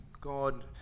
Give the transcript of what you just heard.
God